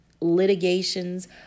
litigations